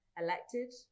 elected